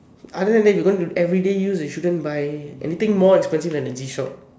other than that you're going to everyday use you shouldn't buy anything more expensive than the G-shock